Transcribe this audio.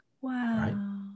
Wow